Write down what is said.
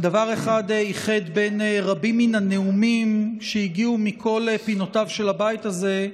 דבר אחד איחד בין רבים מן הנאומים שהגיעו מכל פינותיו של הבית הזה,